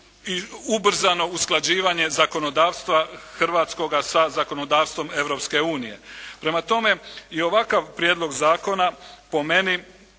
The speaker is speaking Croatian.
ubrzano usklađivanje zakonodavstva hrvatskoga sa zakonodavstvom Europske unije. Prema tome, i ovakav prijedlog zakona po meni,